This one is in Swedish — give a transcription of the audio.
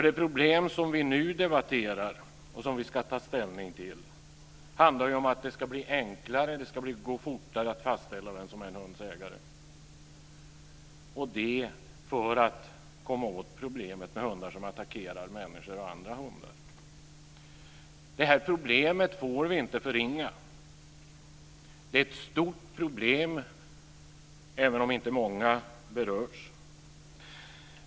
Den fråga som vi nu debatterar och som vi ska ta ställning till handlar ju om att det ska bli enklare och gå fortare att fastställa vem som är en hunds ägare, och det för att komma åt problemet med hundar som attackerar människor och andra hundar. Detta problem får vi inte förringa. Det är ett stort problem, även om inte många berörs.